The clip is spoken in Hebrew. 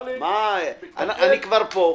אני כבר פה.